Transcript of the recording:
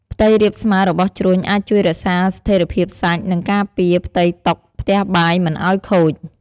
ផ្ទៃរាបស្មើរបស់ជ្រុញអាចជួយរក្សាស្ថេរភាពសាច់ និងការពារផ្ទៃតុផ្ទះបាយមិនឲ្យខូច។